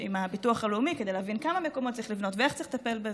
הביטוח הלאומי כדי להבין כמה מקומות צריך לבנות ואיך צריך לטפל בזה.